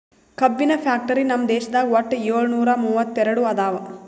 ಕಬ್ಬಿನ್ ಫ್ಯಾಕ್ಟರಿ ನಮ್ ದೇಶದಾಗ್ ವಟ್ಟ್ ಯೋಳ್ನೂರಾ ಮೂವತ್ತೆರಡು ಅದಾವ್